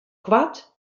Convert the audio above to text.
koart